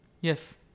Yes